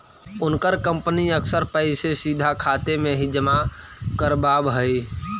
उनकर कंपनी अक्सर पैसे सीधा खाते में ही जमा करवाव हई